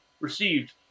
received